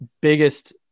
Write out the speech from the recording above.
biggest